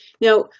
Now